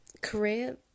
career